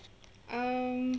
um